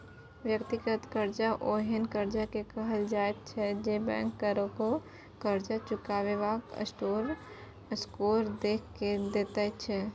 व्यक्तिगत कर्जा ओहेन कर्जा के कहल जाइत छै जे की बैंक ककरो कर्ज चुकेबाक स्कोर देख के दैत छै